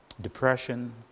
depression